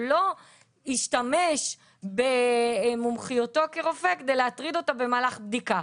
הוא לא השתמש במומחיותו כרופא כדי להטריד אותה במהלך בדיקה.